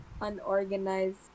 unorganized